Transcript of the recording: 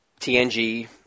TNG